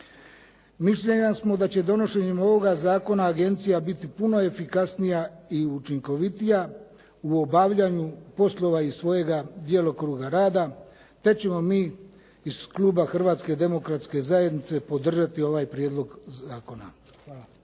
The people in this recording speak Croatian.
Mišljenja smo da će donošenjem ovoga zakona agencija biti puno efikasnija i učinkovitija u obavljanju poslova iz svojeg djelokruga rada te ćemo mi iz kluba Hrvatske demokratske zajednice podržati ovaj prijedlog zakona.